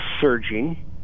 surging